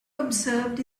observed